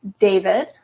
David